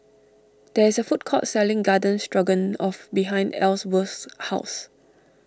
there is a food court selling Garden Stroganoff behind Ellsworth's house